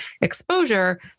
exposure